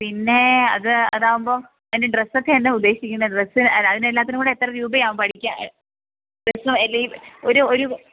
പിന്നെ അത് അതാവുമ്പോ അതിൻ്റെ ഡ്രസ്സൊക്കെ എന്താണ് ഉദ്ദേശിക്കുന്നത് ഡ്രസ്സ് അതിന് എല്ലാത്തിനും കൂടെ എത്ര രൂപ ആവും പഠിക്കാൻ ഡ്രസ്സ് ഒരു ഒരു